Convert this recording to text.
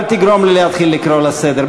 אל תגרום לי להתחיל לקרוא לסדר.